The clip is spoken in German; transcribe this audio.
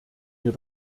mir